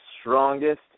strongest